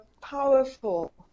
powerful